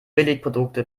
billigprodukte